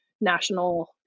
national